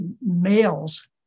males